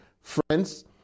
Friends